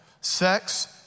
Sex